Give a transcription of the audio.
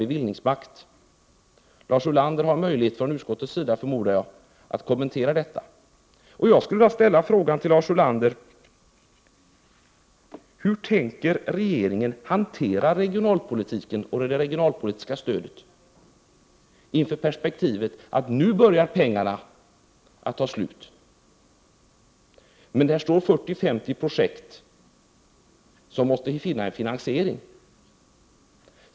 Jag förmodar att Lars Ulander har möjlighet att från utskottets sida kommentera detta. Jag skulle vilja ställa denna fråga till Lars Ulander: Hur tänker regeringen hantera regionalpolitiken och det regionalpolitiska stödet inför perspektivet att pengarna nu börjar ta slut? Man står ju inför 40—50 projekt som måste finna en finansiering.